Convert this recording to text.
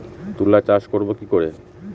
তুলা চাষ করব কি করে?